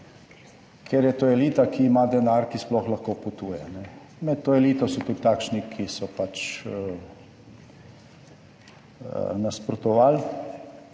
ker je to elita, ki ima denar, ki sploh lahko potuje. Med to elito so tudi takšni, ki so pač nasprotovali